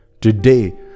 today